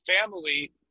family